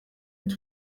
and